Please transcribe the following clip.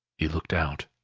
he looked out.